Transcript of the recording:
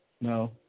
No